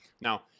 Now